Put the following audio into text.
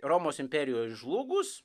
romos imperijai žlugus